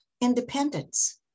Independence